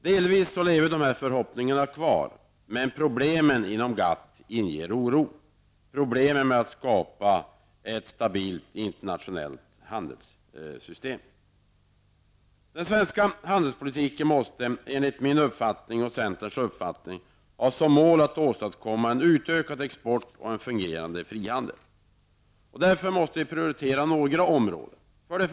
Delvis lever dessa förhoppningar kvar, men problemen inom GATT inger oro -- problemen med att skapa ett stabilt internationellt handelssystem. Den svenska handelspolitiken måste, enligt min och centerns uppfattning, ha som mål att åstadkomma en utökad export och en fungerande frihandel. Därför måste vi prioritera några områden: 1.